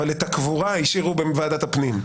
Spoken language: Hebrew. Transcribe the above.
אבל את הקבורה השאירו בוועדת הפנים.